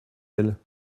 elle